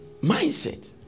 Mindset